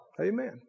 Amen